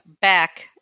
back